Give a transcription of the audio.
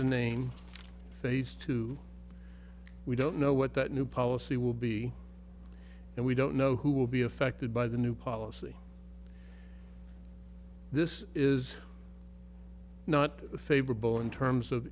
a name phase two we don't know what that new policy will be and we don't know who will be affected by the new policy this is not favorable in terms of